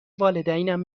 والدینم